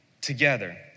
together